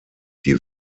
die